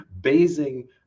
Basing